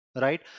right